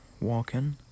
walking